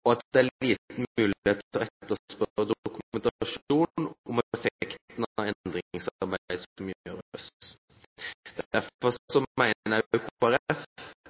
at det er liten mulighet til å etterspørre dokumentasjon om effekten av endringsarbeidet som gjøres. Derfor mener også Kristelig Folkeparti at det er viktig med en